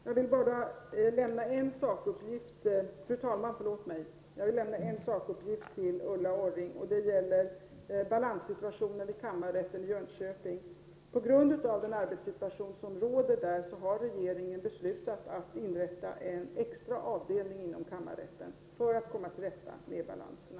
Fru talman! Jag vill lämna en sakuppgift till Ulla Orring. Det gäller ärendebalanserna vid kammarrätten i Jönköping. På grund av den arbetssituation som där råder har regeringen beslutat att inrätta en extra avdelning inom kammarrätten för att komma till rätta med ärendebalanserna.